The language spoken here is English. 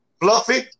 Fluffy